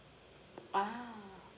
ah